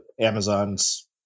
Amazon's